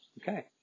Okay